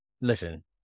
Listen